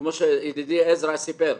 כמו שידידי עזרא סיפר,